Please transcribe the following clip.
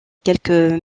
quelques